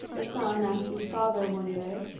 the son asked his father one day,